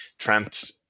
Trent